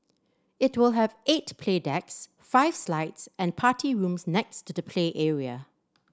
it will have eight play decks five slides and party rooms next to the play area